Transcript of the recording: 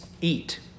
eat